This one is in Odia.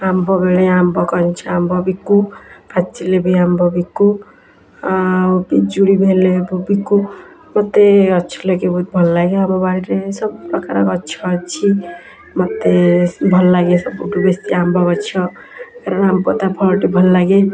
ଆମ୍ବ ବେଳେ ଆମ୍ବ କଞ୍ଚା ଆମ୍ବ ବିକୁ ପାଚିଲେ ବି ଆମ୍ବ ବିକୁ ଆଉ ପିଜୁଳି ବି ହେଲେ ବିକୁ ମୋତେ ଗଛ ଲଗାଇବାକୁ ଭଲ ଲାଗେ ଆମ ବାଡ଼ିରେ ସବୁ ପ୍ରକାର ଗଛ ଅଛି ମୋତେ ଭଲ ଲାଗେ ସବୁଠୁ ବେଶୀ ଆମ୍ବ ଗଛ କାରଣ ଆମ୍ବ ତା ଫଳଟି ଭଲ ଲାଗେ